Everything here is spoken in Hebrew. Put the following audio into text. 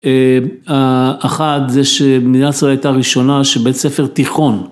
האחד זה שמדינת ישראל הייתה הראשונה שבית ספר תיכון